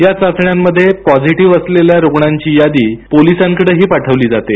या चाचण्यांमध्ये पॉझिटीव्ह आलेल्या रुग्णांची यादी पोलिसांकडेही पाठविली जाते